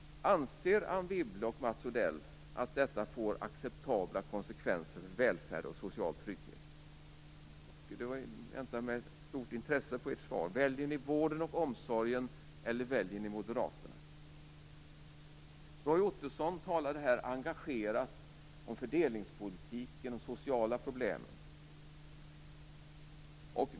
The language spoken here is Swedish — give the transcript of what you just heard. Anser Anne Wibble och Mats Odell att detta får acceptabla konsekvenser när det gäller välfärd och social trygghet? Jag väntar med stort intresse på ert svar. Väljer ni vården och omsorgen, eller väljer ni Moderaterna? Roy Ottosson talade engagerat om fördelningspolitiken och om de sociala problemen.